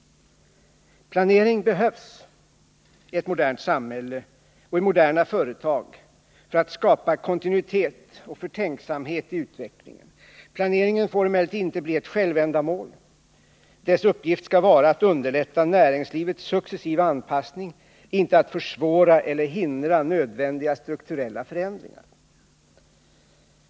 Planering behövsi ett modernt samhälle och i moderna företag för att skapa kontinuitet och förtänksamhet i utvecklingen. Planeringen får emellertid inte bli ett självändamål. Dess uppgift skall vara att underlätta näringslivets successiva anpassning, inte att försvåra eller hindra nödvändiga strukturella förändringar.